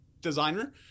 designer